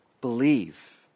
Believe